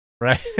Right